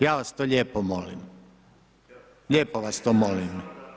Ja vas to lijepo molim, lijepo vas to molim.